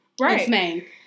Right